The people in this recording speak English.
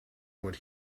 what